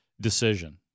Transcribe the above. decision